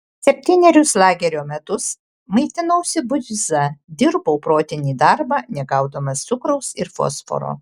septynerius lagerio metus maitinausi buiza dirbau protinį darbą negaudamas cukraus ir fosforo